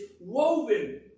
woven